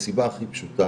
מהסיבה הכי פשוטה,